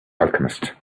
alchemist